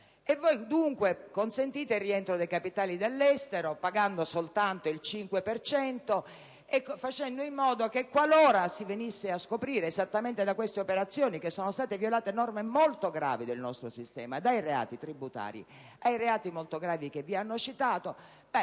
Voi, dunque, consentite di far rientrare i capitali dall'estero pagando soltanto il 5 per cento e facendo in modo che qualora si venisse a scoprire da queste operazioni che sono state violate norme molto gravi del nostro sistema, dai reati tributari a quelli molto gravi che vi hanno citato,